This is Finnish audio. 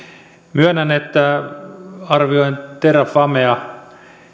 myönnän että arvioin terrafamea